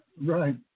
right